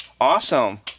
Awesome